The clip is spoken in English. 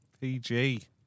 PG